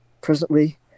Presently